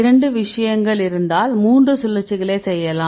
இரண்டு விஷயங்கள் இருந்தால் 3 சுழற்சிகளை செய்யலாம்